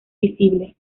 visible